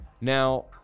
now